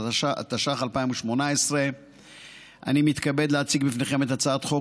התשע"ח 2018. אני מתכבד להציג בפניכם את הצעת חוק